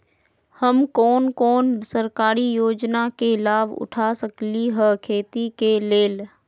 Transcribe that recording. हम कोन कोन सरकारी योजना के लाभ उठा सकली ह खेती के लेल?